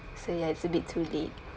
so ya it's a bit too late